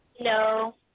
No